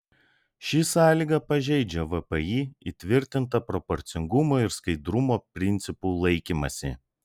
ši sąlyga pažeidžia vpį įtvirtintą proporcingumo ir skaidrumo principų laikymąsi